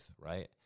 right